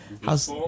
how's